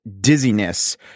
dizziness